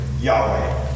Yahweh